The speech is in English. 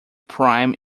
prime